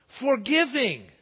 forgiving